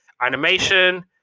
Animation